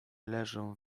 leżą